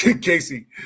Casey